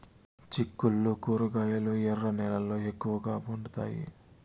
చిక్కుళ్లు కూరగాయలు ఎర్ర నేలల్లో ఎక్కువగా పండుతాయా